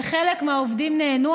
וחלק מהעובדים נענו.